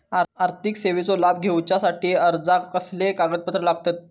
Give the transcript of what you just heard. आर्थिक सेवेचो लाभ घेवच्यासाठी अर्जाक कसले कागदपत्र लागतत?